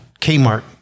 Kmart